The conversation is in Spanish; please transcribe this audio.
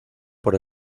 por